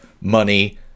money